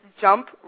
jump